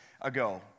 ago